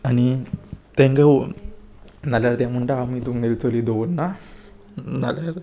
आनी तांकां नाल्यार ते म्हणटा आमी तुमगेली चली दवरना नाल्यार